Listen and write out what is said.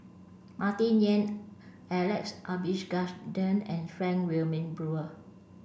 Martin Yan Alex Abisheganaden and Frank Wilmin Brewer